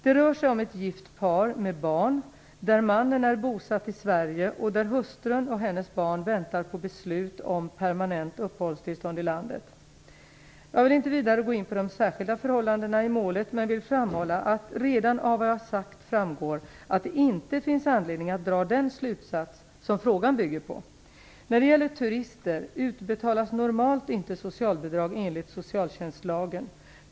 Det rör sig om ett gift par med barn, där mannen är bosatt i Sverige och där hustrun och hennes barn väntar på beslut om permanent uppehållstillstånd i landet. Jag vill inte vidare gå in på de särskilda förhållandena i målet, men vill framhålla att redan av vad jag sagt framgår att det inte finns anledning att dra den slutsats som frågan bygger på. När det gäller turister utbetalas normalt inte socialbidrag enligt socialtjänstlagen.